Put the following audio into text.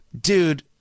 Dude